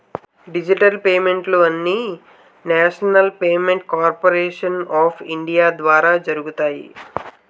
digital పేమెంట్లు అన్నీనేషనల్ payment corporation of India ద్వారా జరుగుతాయి